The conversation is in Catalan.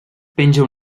penja